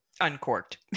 uncorked